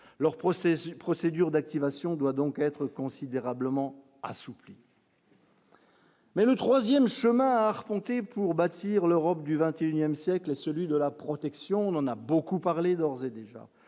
procédure d'activation doit donc être considérablement assouplis. Mais le 3ème chemin arpenté pour bâtir l'Europe du XXIe siècle, et celui de la protection dont on a beaucoup parlé d'ores et déjà,